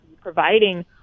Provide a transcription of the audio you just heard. providing